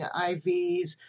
IVs